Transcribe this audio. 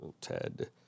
Ted